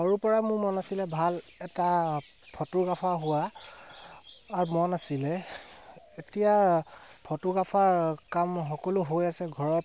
সৰুৰ পৰা মোৰ মন আছিলে ভাল এটা ফটোগ্ৰাফাৰ হোৱা আৰু মন আছিলে এতিয়া ফটোগ্ৰাফাৰ কাম সকলো হৈ আছে ঘৰত